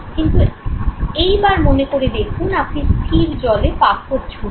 কিন্তু এইবার মনে করে দেখুন আপনি স্থির জলে পাথর ছুড়লেন